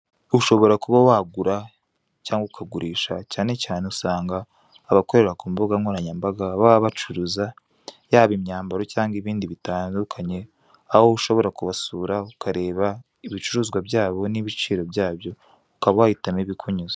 Ushobora kuba wagura cyangwa ukagurisha cyane cyane usanga abakorera ku mbuga nkoranyambaga baba bacuruza yaba imyambaro cyangwa ibindi bitandukanye aho ushobora kubasura ukareba ibicuruzwa byabo n'ibiciro byabyo ukaba wahitamo ibikunyuze.